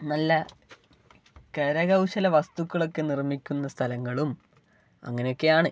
നല്ല കരകൗശല വസ്തുക്കളൊക്കെ നിർമ്മിക്കുന്ന സ്ഥലങ്ങളും അങ്ങനെയൊക്കെയാണ്